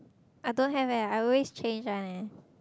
I don't have leh I always change one leh